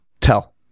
Tell